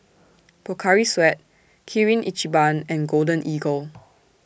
Pocari Sweat Kirin Ichiban and Golden Eagle